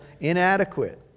inadequate